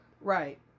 Right